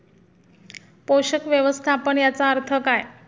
पोषक व्यवस्थापन याचा अर्थ काय?